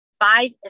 five